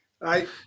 right